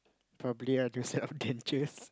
probably a new set of dentures